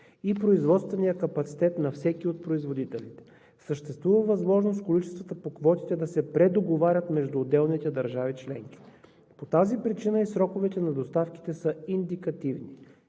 и производственият капацитет на всеки от производителите. Съществува възможност количествата по квотите да се предоговарят между отделните държави членки. По тази причина и сроковете на доставките са индикативни.